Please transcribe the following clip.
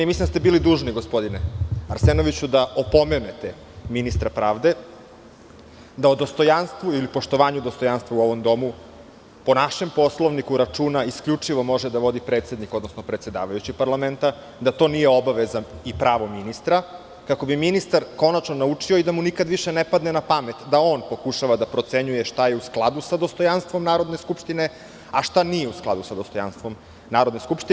Mislim da ste bili dužni, gospodine Arsenoviću, da opomenete ministra pravde da o dostojanstvu ili poštovanju dostojanstva u ovom Domu, po našem Poslovniku, isključivo može da vodi računa predsednik, odnosno predsedavajući parlamenta, da to nije obaveza i pravo ministra, kako bi ministar konačno naučio i da mu nikad više ne padne na pamet da on pokušava da procenjuje šta je u skladu sa dostojanstvom Narodne skupštine, a šta nije u skladu sa dostojanstvom Narodne skupštine.